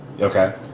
Okay